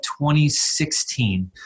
2016